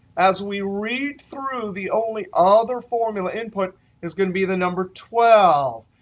as we read through, the only other formula input is going to be the number twelve.